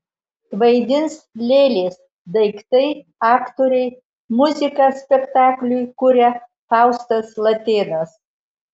vaidins lėlės daiktai aktoriai muziką spektakliui kuria faustas latėnas